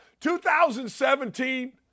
2017